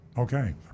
okay